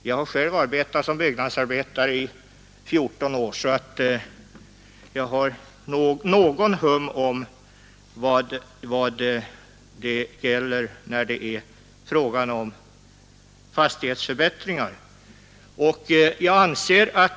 Jag har själv arbetat som byggnadsarbetare i 14 år och har alltså någon hum om fastighetsförbättringar.